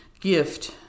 gift